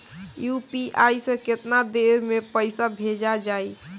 UPI से केतना देर मे पईसा भेजा जाई?